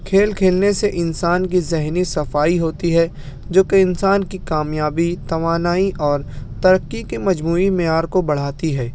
کھیل کھیلنے سے انسان کی ذہنی صفائی ہوتی ہے جوکہ انسان کی کامیابی توانائی اور ترقی کے مجموعی معیار کو بڑھاتی ہے